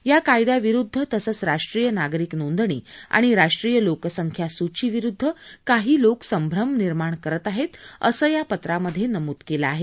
या कायद्याविरुद्ध तसंच राष्ट्रीय नागरिक नोंदणी आणि राष्ट्रीय लोकसंख्या सूची विरुद्ध काही लोक संभ्रम निर्माण करत आहेत असं या पत्रामध्ये नमूद केलं आहे